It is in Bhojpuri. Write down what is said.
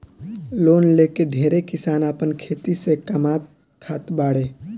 लोन लेके ढेरे किसान आपन खेती से कामात खात बाड़े